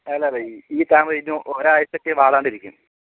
അല്ല അല്ല ഈ താമരയൊക്കെ ഒരാഴ്ചയൊക്കെ വാടാണ്ടിരിക്കും